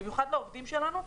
במיוחד לעובדים שלנו,